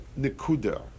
nekuda